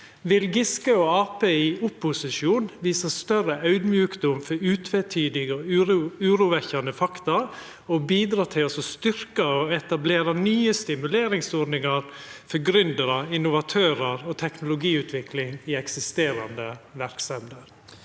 Arbeidarpartiet i opposisjon visa større audmjukdom for openberre og urovekkjande fakta og bidra til å styrkja og etablera nye stimuleringsordningar for gründerar, innovatørar og teknologiutvikling i eksisterande verksemder?